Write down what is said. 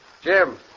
Jim